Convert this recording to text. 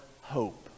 hope